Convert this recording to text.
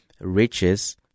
riches